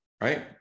right